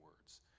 words